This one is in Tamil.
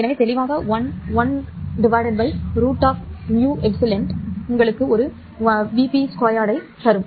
எனவே தெளிவாக 1√με உங்களுக்கு 1 vp2 தரும்